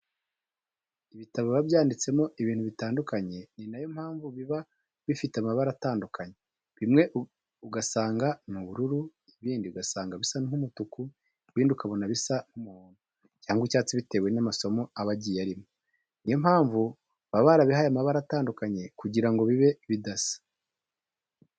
Ibitabo biba byanditsemo ibintu bitandukanye, ni nayo mpamvu biba bifite amabara atanadukanye, bimwe ugasanga ni ubururu, ibindi ugasanga bisa nk'umutuku, ibindi ukabona bisa nk'umuhondo cyangwa icyatsi bitewe n'amasomo aba agiye arimo. Niyo mpamvu baba barabihaye amabara atandukanye kugira ngo bibe bidasa.